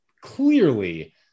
clearly